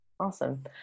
Awesome